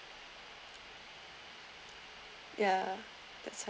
ya that's how